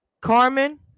Carmen